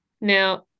Now